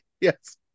Yes